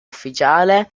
ufficiale